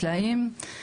סלעים.